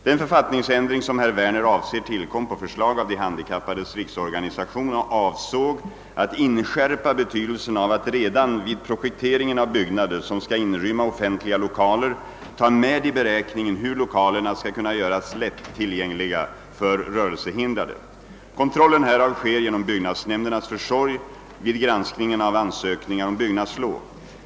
Den författningsändring som herr Werner avser tillkom på förslag av de handikappades riksorganisation och avsåg att inskärpa betydelsen av att redan vid projekteringen av byggnader, som skall inrymma offentliga 1okaler, ta med i beräkningen hur lokalerna skall kunna göras lätt tillgängliga för rörelsehindrade. Kontrollen härav sker genom byggnadsnämndernas försorg vid granskningen av ansökningar om byggnadslov.